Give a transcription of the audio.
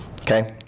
okay